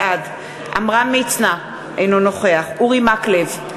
בעד עמרם מצנע, אינו נוכח אורי מקלב,